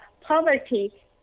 poverty